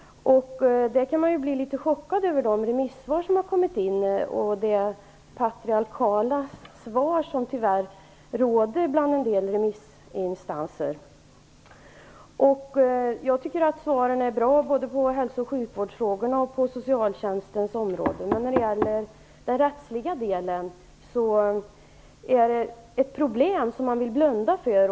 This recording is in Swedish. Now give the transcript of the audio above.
Man kan bli litet chockerad över de remissvar som har kommit in, över de patriarkala svar som har givits av en del remissinstanser. Jag tycker att svaren är bra både på hälso och sjukvårdsområdet och på socialtjänstens område, men när det gäller den rättsliga delen är det ett problem som man vill blunda för.